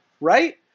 right